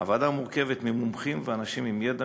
הוועדה מורכבת ממומחים ואנשים עם ידע